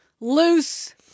loose